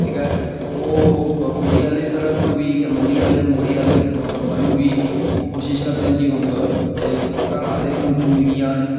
ठीक ऐ ते ओह् कुड़ी आह्ली तरफ बी ते मुड़ी आह्ले मुड़ी आह्ले बल्लो बी ओह् कोशिश करदे न कि घरैआह्ले मिली जान